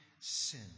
sin